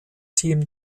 team